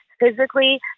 physically